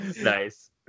Nice